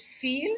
feel